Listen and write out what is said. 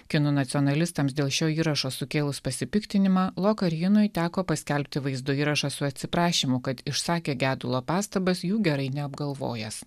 kinų nacionalistams dėl šio įrašo sukėlus pasipiktinimą lokarjinui teko paskelbti vaizdo įrašą su atsiprašymu kad išsakė gedulo pastabas jų gerai neapgalvojęs